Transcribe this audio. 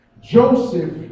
Joseph